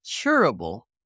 curable